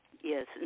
Yes